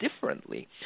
differently